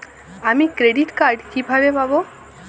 আমি credit card কিভাবে পাবো?